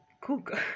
cook